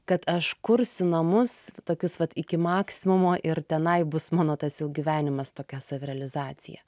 kad aš kursiu namus tokius vat iki maksimumo ir tenai bus mano tas gyvenimas tokia savirealizacija